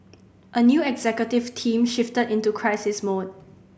a new executive team shifted into crisis mode